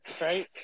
right